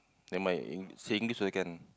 never mind in say English also can